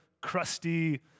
crusty